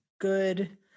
good